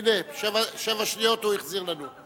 הנה, שבע שניות הוא החזיר לנו.